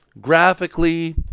graphically